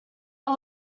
are